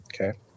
Okay